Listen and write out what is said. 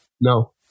No